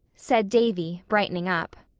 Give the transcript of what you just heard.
said davy, brightening up.